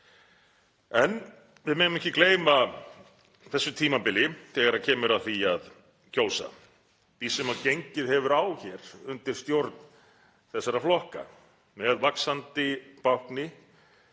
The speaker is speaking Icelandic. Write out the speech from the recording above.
En við megum ekki gleyma þessu tímabili þegar kemur að því að kjósa, því sem gengið hefur á hér undir stjórn þessara flokka með vaxandi bákni,